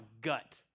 gut